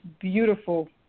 beautiful